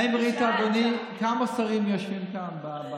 האם ראית, אדוני, כמה שרים יושבים כאן?